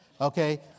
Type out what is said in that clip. Okay